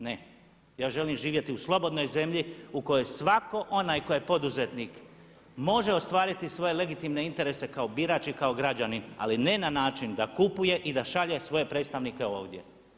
Ne, ja želim živjeti u slobodnoj zemlji u kojoj svatko onaj tko je poduzetnik može ostvariti svoje legitimne interese kao birač i kao građanin, ali ne na način da kupuje i da šalje svoje predstavnike ovdje.